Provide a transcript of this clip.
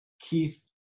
keith